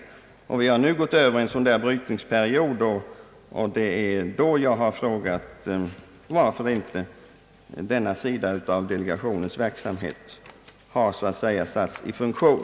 Vi har nu gått över i en brytningsperiod, och det är därför jag har frågat varför inte denna sida av delegationens verksamhet har så att säga satts i funktion.